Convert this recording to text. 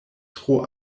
tro